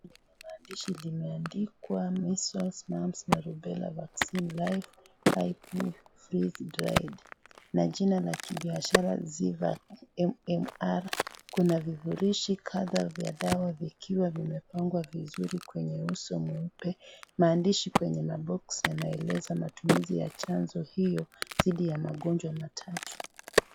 Sanduku lenye maandishi limeandikwa measles mumps and rubella vaccine life IP freeze(cs) dried na jina la kibiashara (cs)zyvac MMR(cs). Kuna vifurushi kadha vya dawa vikiwa vimepangwa vizuri kwenye uso mweupe maandishi kwenye maboksi yanaeleza matumizi ya chanjo hiyo dhidi ya magonjwa matatu.